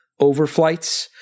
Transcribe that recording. overflights